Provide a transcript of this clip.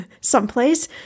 someplace